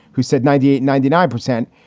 who said ninety eight, ninety nine percent,